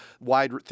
wide